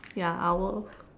ya hour lor